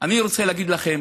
אני רוצה להגיד לכם